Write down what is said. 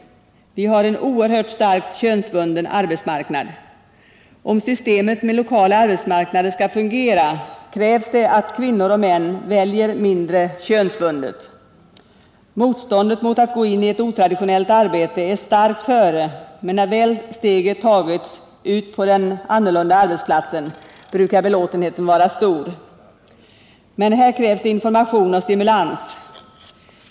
Vi har en oerhört starkt könsbunden arbetsmarknad. Om systemet med lokala arbetsmarknader skall fungera, krävs det att kvinnor och män väljer mindre könsbundet. Motståndet mot att gå in i ett otraditionellt arbete är starkt före, men när väl steget tagits ut på den annorlunda arbetsplatsen brukar belåtenheten vara stor. Men här krävs det information och stimulans.